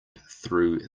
through